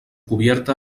cubierta